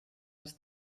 als